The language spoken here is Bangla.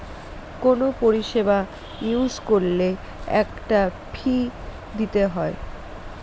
কোনো পরিষেবা ইউজ করলে একটা ফী দিতে হয়